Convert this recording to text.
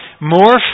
more